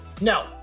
no